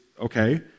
okay